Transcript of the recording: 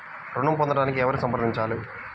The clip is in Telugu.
ఋణం పొందటానికి ఎవరిని సంప్రదించాలి?